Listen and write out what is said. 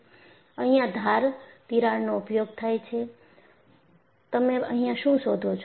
અહિયાં ધાર તિરાડનો ઉપયોગ થાય છે તમે અહીંયા શું શોધો છો